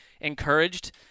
encouraged –